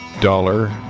Dollar